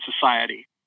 Society